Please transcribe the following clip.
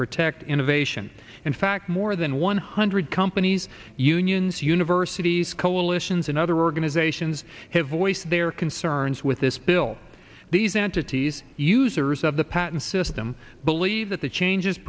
protect innovation in fact more than one hundred companies unions universities coalitions and other organizations have voiced their concerns with this bill these entities users of the patent system believe that the changes